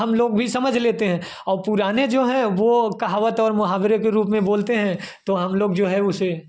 हम लोग भी समझ लेते हैं और पुराने जो हैं वह कहावत और मुहावरे के रूप में बोलते हैं तो हम लोग जो हैं उसे